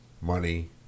money